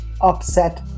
upset